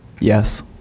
yes